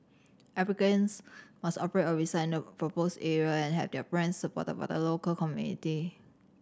applicants must operate or reside in the proposed area and have their plans supported by the local community